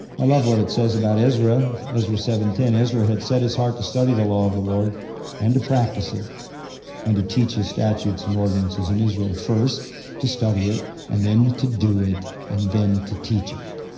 i love what it says about ezra, ezra seven ten. ezra had set his heart to study the law of the lord and to practice it and to teach its statutes and ordinances in israel. first to study it and then to do it and then to teach it.